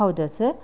ಹೌದಾ ಸರ್